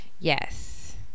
Yes